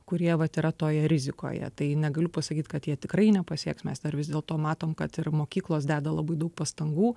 kurie vat yra toje rizikoje tai negaliu pasakyt kad jie tikrai nepasieks mes dar vis dėlto matom kad ir mokyklos deda labai daug pastangų